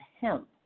hemp